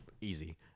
easy